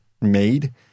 made